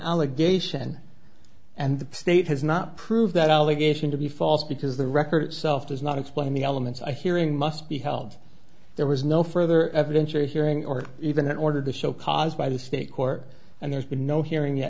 allegation and the state has not proved that allegation to be false because the record self does not explain the elements i hearing must be held there was no further evidentiary hearing or even an order to show cause by the state court and there's been no hearing ye